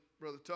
Brother